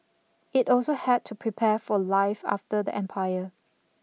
it also had to prepare for life after the empire